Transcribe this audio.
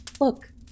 Look